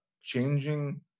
changing